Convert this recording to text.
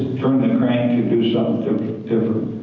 turn the crank you'll do something different.